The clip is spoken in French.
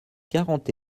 quarante